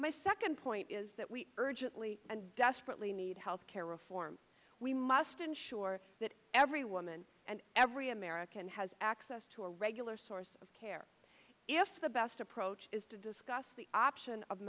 my second point is that we urgently and desperately need health care reform we must ensure that every woman and every american has access to a regular source of care if the best approach is to discuss the option of